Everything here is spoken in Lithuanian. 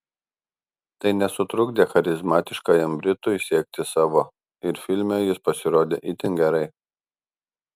tai nesutrukdė charizmatiškajam britui siekti savo ir filme jis pasirodė itin gerai